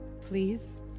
please